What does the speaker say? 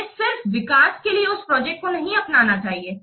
हमें सिर्फ विकास के लिए उस प्रोजेक्ट को नहीं अपनाना चाहिए